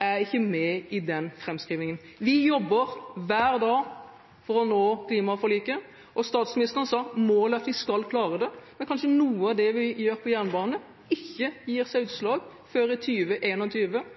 er ikke med i den framskrivningen. Vi jobber hver dag for å nå klimaforliket – og statsministeren sa at målet er at vi skal klare det – men kanskje noe av det vi i dag gjør på jernbane, ikke gir seg utslag før i